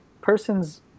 person's